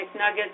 McNuggets